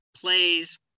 plays